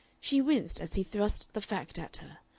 she winced as he thrust the fact at her,